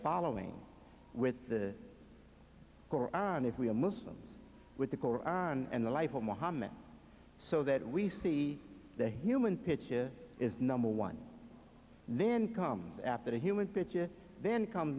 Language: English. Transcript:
following with the koran if we are muslim with the koran and the life of mohammed so that we see the human pitches is number one then comes after the human picture then comes